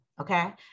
okay